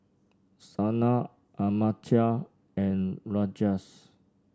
Sanal Amartya and Rajesh